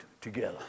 together